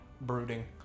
brooding